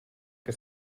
que